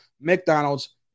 McDonald's